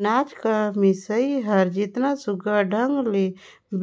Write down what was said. अनाज कर मिसई हर जेतना सुग्घर ढंग ले